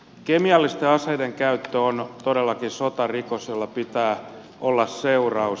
kemiallisten aseiden käyttö on todellakin sotarikos jolla pitää olla seuraus